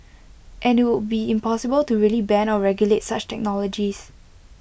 and IT would be impossible to really ban or regulate such technologies